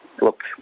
look